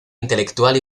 intelectual